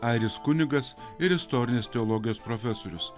airis kunigas ir istorinės teologijos profesorius